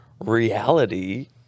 reality